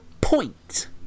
point